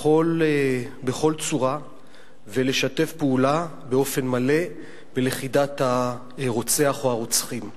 בכל צורה ולשתף פעולה באופן מלא בלכידת הרוצח או הרוצחים.